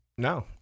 No